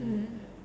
mm